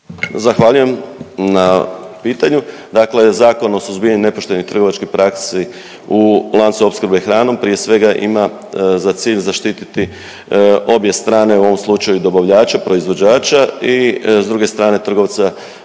Zahvaljujem na pitanju, dakle Zakon o suzbijanju nepoštenih trgovačkih praksi u lancu opskrbe hranom prije svega ima za cilj zaštititi obje strane, u ovom slučaju dobavljača, proizvođača i s druge strane trgovca